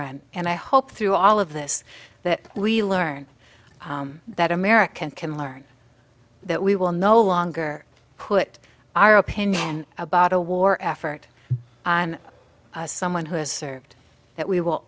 run and i hope through all of this that we learn that american can learn that we will no longer put our opinion about a war effort i'm someone who has served that we will